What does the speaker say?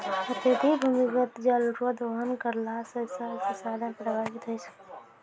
अत्यधिक भूमिगत जल रो दोहन करला से जल संसाधन प्रभावित होय छै